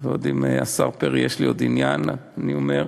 ועם השר פרי יש לי עוד עניין, אני אומר,